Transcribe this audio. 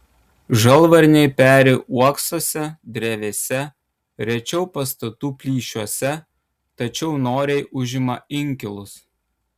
žalvarniai peri uoksuose drevėse rečiau pastatų plyšiuose tačiau noriai užima inkilus